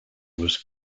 was